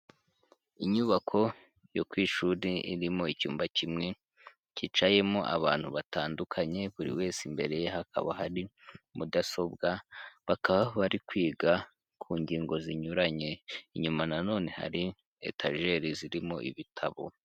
Inyubako yo ku ishuri irimo icyumba kimwe cyicayemo abantu batandukanye, buri wese imbere ye hakaba hari mudasobwa, bakaba bari kwiga ku ngingo zinyuranye, inyuma na none hari etajeri zirimo ibitabo.